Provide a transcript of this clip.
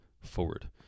forward